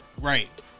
Right